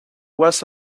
was